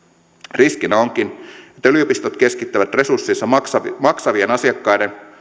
riskinä onkin että yliopistot keskittävät resurssinsa maksavien maksavien asiakkaiden